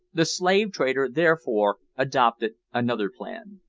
the slave-trader therefore adopted another plan.